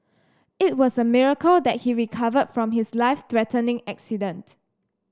it was a miracle that he recovered from his life threatening accident